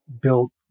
built